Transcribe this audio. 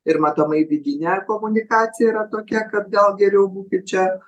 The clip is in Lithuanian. ir matomai vidinė komunikacija yra tokia kad gal geriau būkit čia